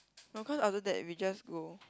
no cause after that we just go